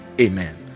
amen